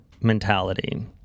mentality